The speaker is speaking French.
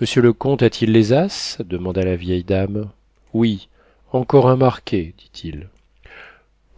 monsieur le comte a-t-il les as demanda la vieille dame oui encore un marqué dit-il